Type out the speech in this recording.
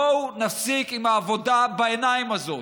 בואו נפסיק עם העבודה בעיניים הזאת.